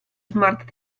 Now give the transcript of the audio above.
smart